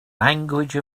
language